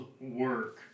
work